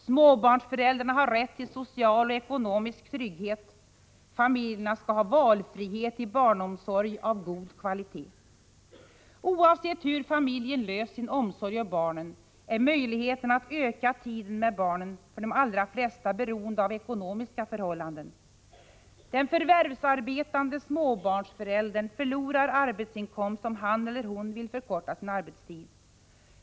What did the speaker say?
Småbarnsföräldrarna har rätt till social och ekonomisk trygghet. Familjerna skall ha valfrihet när det gäller barnomsorg av god kvalitet. | Oavsett hur familjen löst sin omsorg om barnen är möjligheten att öka tiden med barnen för de alla flesta beroende av ekonomiska förhållanden. Den förvärvsarbetande småbarnsföräldern förlorar arbetsinkomst om han eller hon vill förkorta sin arbetstid.